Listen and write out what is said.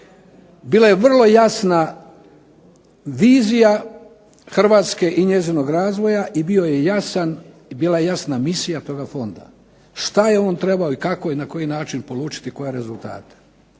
bila je vrlo jasna vizija Hrvatske i njezinog razvoja, i bio je jasan, bila je jasna misija toga fonda, šta je on trebao, kako i na koji način polučiti koje rezultate.